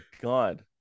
god